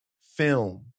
film